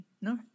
No